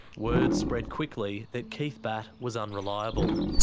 word spread quickly that keith batt was unreliable.